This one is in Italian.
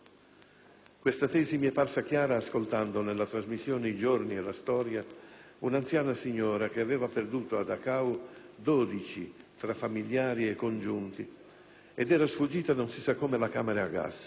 Questa tesi mi è parsa chiara ascoltando, nella trasmissione «I giorni e la storia», un'anziana signora che aveva perduto a Dachau dodici tra familiari e congiunti ed era sfuggita, non si sa come, alla camera a gas: